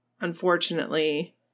unfortunately